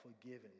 forgiven